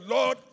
Lord